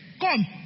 Come